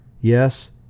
Yes